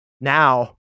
now